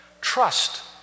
Trust